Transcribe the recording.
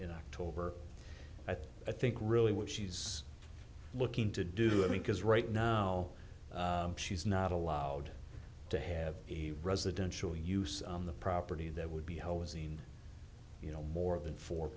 in october that i think really what she's looking to do because right now she's not allowed to have a residential use on the property that would be hosing you no more than four